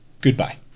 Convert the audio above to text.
goodbye